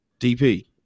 DP